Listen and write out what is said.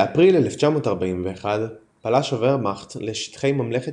באפריל 1941 פלש הוורמאכט לשטחי ממלכת